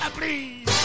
please